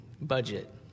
budget